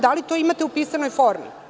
Da li to imate u pisanoj formi?